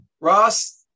Ross